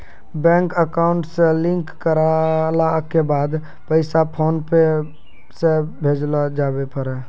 bank account से link करला के बाद पैसा फोनपे से भेजलो जावै पारै